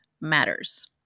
matters